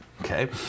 Okay